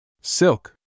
Silk